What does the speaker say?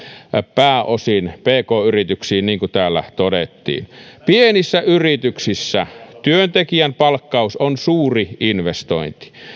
pääosin pk yrityksiin niin kuin täällä todettiin pienissä yrityksissä työntekijän palkkaus on suuri investointi